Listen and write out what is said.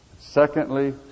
Secondly